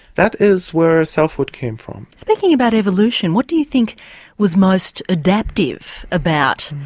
that is where selfhood came from. speaking about evolution, what do you think was most adaptive about.